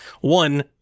one